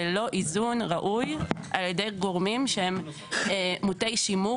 ללא איזון ראוי על ידי גורמים שהם מוטי שימור